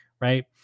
right